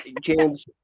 James